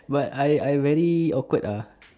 but I I very awkward ah